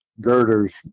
girders